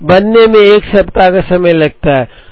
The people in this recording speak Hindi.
बनने में 1 सप्ताह का समय लगता है